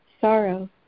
sorrow